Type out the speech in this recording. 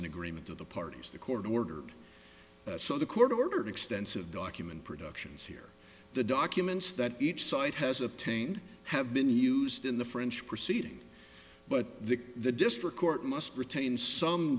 an agreement of the parties the court ordered so the court ordered extensive document productions here the documents that each so it has obtained have been used in the french proceedings but the district